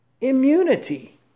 immunity